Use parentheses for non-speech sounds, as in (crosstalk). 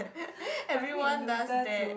(breath) a bit loser to